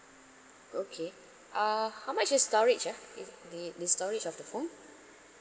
okay uh how much is storage ah if the the storage of the phone